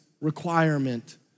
requirement